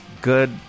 good